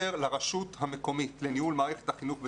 לרשות המקומית לניהול מערכת החינוך בתחומה.